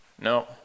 no